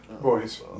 boys